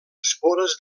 espores